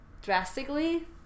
drastically